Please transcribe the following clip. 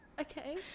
Okay